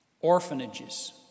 orphanages